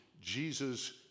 Jesus